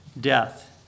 death